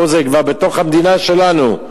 פה זה כבר בתוך המדינה שלנו,